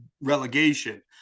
relegation